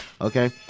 okay